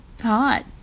hot